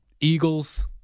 Eagles